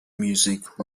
music